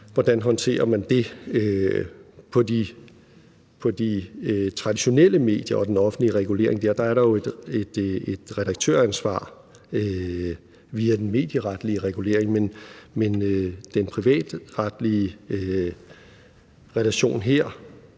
hvordan man håndterer det. I forhold til de traditionelle medier og den offentlige regulering er der jo et redaktøransvar via den medieretlige regulering, men den privatretlige relation her